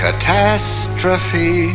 catastrophe